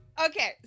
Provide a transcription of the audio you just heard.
Okay